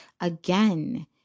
again